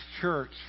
church